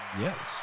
Yes